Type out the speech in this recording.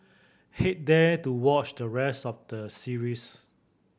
head there to watch the rest of the series